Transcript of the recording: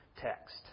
text